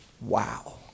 Wow